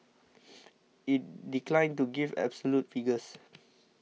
it declined to give absolute figures